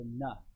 enough